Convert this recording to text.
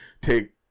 take